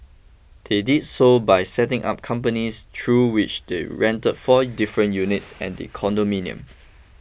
did they so by setting up companies through which they rented four different units at the condominium